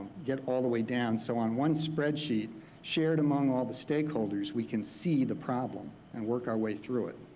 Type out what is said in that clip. get all the way down so on one spreadsheet shared among all the stakeholders, we can see the problem and work our way through it.